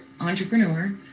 entrepreneur